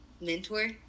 Mentor